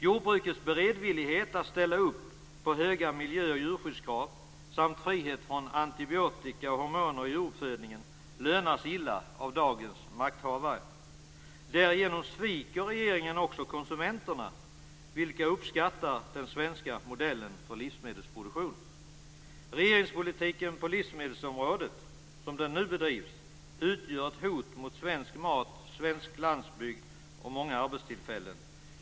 Jordbrukets beredvillighet att ställa upp på höga miljö och djurskyddskrav samt frihet från antibiotika och hormoner i djuruppfödningen lönas illa av dagens makthavare. Därigenom sviker regeringen också konsumenterna vilka uppskattar den svenska modellen för livsmedelsproduktion. Regeringspolitiken på livsmedelsområdet, som den nu bedrivs, utgör ett hot mot svensk mat, svensk landsbygd och många arbetstillfällen.